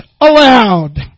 aloud